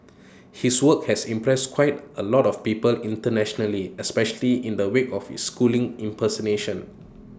his work has impressed quite A lot of people internationally especially in the wake of his schooling impersonation